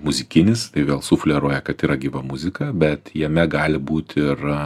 muzikinis tai vėl sufleruoja kad yra gyva muzika bet jame gali būt ir